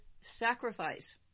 sacrifice